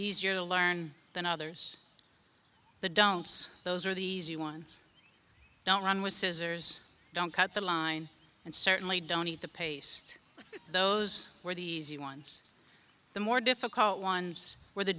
easier to learn than others the don'ts those are the easy ones don't run with scissors don't cut the line and certainly don't eat the paste those were the easy ones the more difficult ones where the